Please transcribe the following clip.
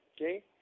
okay